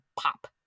pop